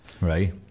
right